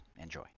Enjoy